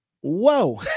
whoa